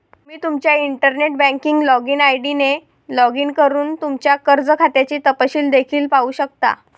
तुम्ही तुमच्या internet banking login ID ने लॉग इन करून तुमच्या कर्ज खात्याचे तपशील देखील पाहू शकता